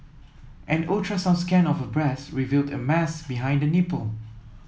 an ultrasound scan of her breast revealed a mass behind the nipple